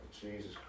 Jesus